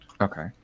Okay